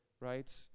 right